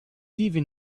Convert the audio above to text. even